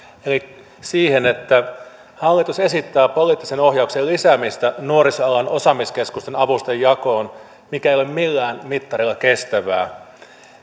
liittyen siihen että hallitus esittää poliittisen ohjauksen lisäämistä nuorisoalan osaamiskeskusten avustusten jakoon mikä ei ole millään mittarilla kestävää